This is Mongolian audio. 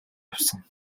явсан